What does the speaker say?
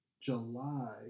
July